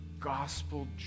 gospel